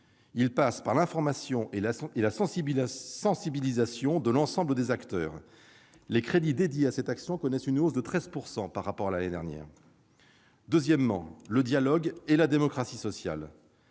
Cela passe par l'information et la sensibilisation de l'ensemble des acteurs. Les crédits dédiés à cette action connaissent une hausse de 13 % par rapport à l'année en cours. La deuxième action concerne le dialogue et la démocratie sociale.